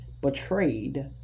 betrayed